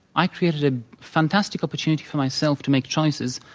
i created a fantastic opportunity for myself to make choices,